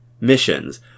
missions